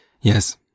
Yes